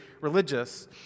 religious